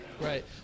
Right